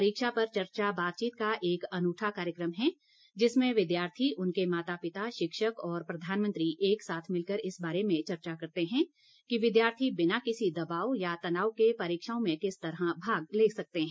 परीक्षा पर चर्चा बातचीत का एक अनूठा कार्यक्रम है जिसमें विद्यार्थी उनके माता पिता शिक्षक और प्रधानमंत्री एक साथ मिलकर इस बारे में चर्चा करते हैं कि विद्यार्थी बिना किसी दबाव या तनाव के परीक्षाओं में किस तरह भाग ले सकते हैं